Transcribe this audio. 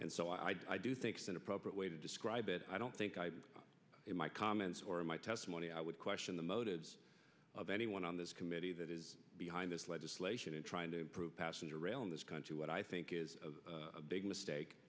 and so i do think it's an appropriate way to describe it i don't think in my comments or in my testimony i would question the motives of anyone on this committee that is behind this legislation in trying to improve passenger rail in this country what i think is a big mistake